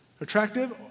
attractive